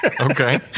Okay